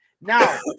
Now